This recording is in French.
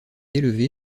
élevée